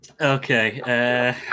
Okay